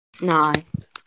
nice